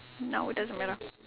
now it doesn't matter